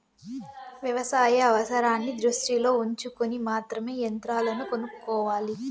వ్యవసాయ అవసరాన్ని దృష్టిలో ఉంచుకొని మాత్రమే యంత్రాలను కొనుక్కోవాలి